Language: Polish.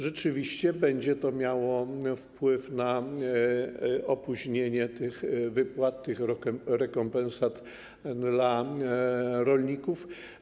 Rzeczywiście będzie to miało wpływ na opóźnienie tych wypłat, rekompensat dla rolników.